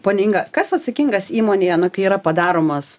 ponia inga kas atsakingas įmonėje na kai yra padaromas